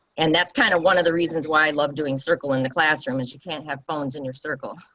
and that's kind of one of the reasons why i love doing circle in the classroom and she can't have phones in your circle.